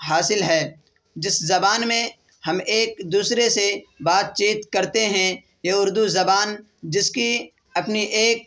حاصل ہے جس زبان میں ہم ایک دوسرے سے بات چیت کرتے ہیں یہ اردو زبان جس کی اپنی ایک